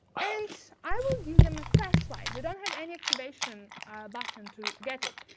and i will give them a flashlight. they don't have any activation button to get it.